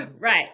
Right